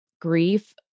grief